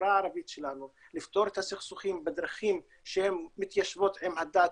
לחברה הערבית שלנו לפתור את הסכסוכים בדרכים שהן מתיישבות עם הדת,